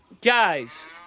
guys